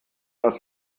als